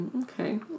Okay